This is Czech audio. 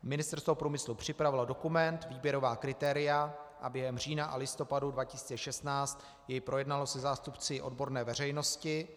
Ministerstvo průmyslu připravilo dokument výběrová kritéria a během října a listopadu 2016 jej projednalo se zástupci odborné veřejnosti.